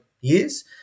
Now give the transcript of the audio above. years